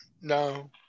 no